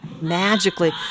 Magically